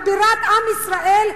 בבירת עם ישראל,